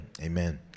amen